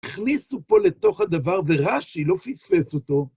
הכניסו פה לתוך הדבר, ורש"י לא פספס אותו.